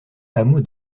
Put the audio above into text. hameau